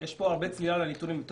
יש פה הרבה צלילה לנתונים,